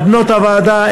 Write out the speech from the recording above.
לבנות הוועדה,